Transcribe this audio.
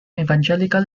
evangelical